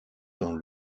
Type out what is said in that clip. dans